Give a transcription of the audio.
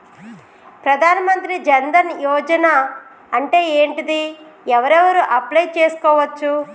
ప్రధాన మంత్రి జన్ ధన్ యోజన అంటే ఏంటిది? ఎవరెవరు అప్లయ్ చేస్కోవచ్చు?